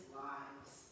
lives